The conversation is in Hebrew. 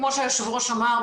כמו שהיושב-ראש אמר,